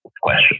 question